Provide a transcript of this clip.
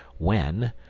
when,